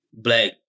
black